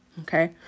Okay